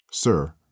Sir